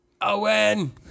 Owen